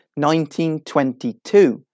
1922